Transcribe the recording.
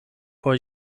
por